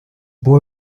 boy